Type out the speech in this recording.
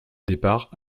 départ